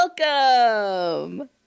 Welcome